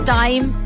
time